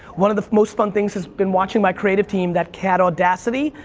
one of the most fun things has been watching my creative team that had audacity,